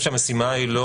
המשימה היא לא